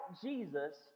Jesus